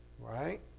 Right